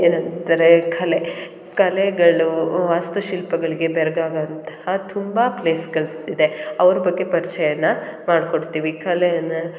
ಏನು ಅಂತಾರೆ ಕಲೆ ಕಲೆಗಳು ವಾಸ್ತುಶಿಲ್ಪಗಳಿಗೆ ಬೆರಗಾಗೋ ಅಂತಹ ತುಂಬ ಪ್ಲೇಸ್ಗಳ್ ಇದೆ ಅವ್ರ ಬಗ್ಗೆ ಪರ್ಚಯವನ್ನು ಮಾಡಿಕೊಡ್ತೀವಿ ಕಲೆಯನ್ನು